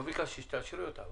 לא ביקשתי שתאשרי אותם.